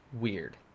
weird